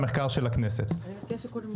ואיתי נמצא נעם בוטוש,